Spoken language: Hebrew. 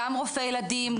גם רופאי ילדים,